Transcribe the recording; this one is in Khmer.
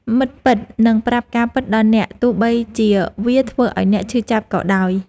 មិត្តពិតនឹងប្រាប់ការពិតដល់អ្នក ទោះបីជាវាធ្វើឱ្យអ្នកឈឺចាប់ក៏ដោយ។